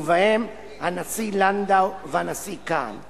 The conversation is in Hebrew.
ובהם הנשיא לנדוי והנשיא כהן.